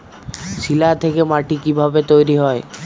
শিলা থেকে মাটি কিভাবে তৈরী হয়?